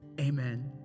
Amen